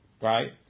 right